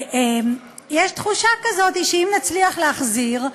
יש תחושה כזאת שאם נצליח להחזיר,